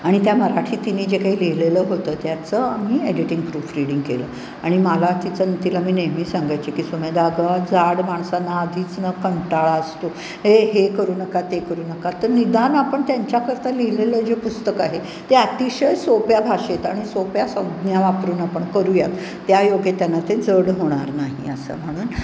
आणि त्या मराठीत तिने जे काही लिहिलेलं होतं त्याचं आम्ही एडिटिंग प्रूफ रिडिंग केलं आणि मला तिचं ना तिला मी नेहमी सांगायचे की सुमेधा अगं जाड माणसांना आधीच ना कंटाळा असतो ए हे करू नका ते करू नका तर निदान आपण त्यांच्याकरता लिहिलेलं जे पुस्तक आहे ते अतिशय सोप्या भाषेत आणि सोप्या संज्ञा वापरून आपण करूयात त्या योगे त्यांना ते जड होणार नाही असं म्हणून